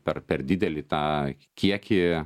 per per didelį tą kiekį